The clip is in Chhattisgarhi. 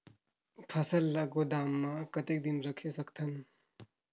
फसल ला गोदाम मां कतेक दिन रखे सकथन?